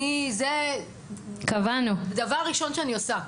זה דבר ראשון שאני עושה.